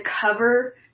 cover